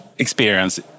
Experience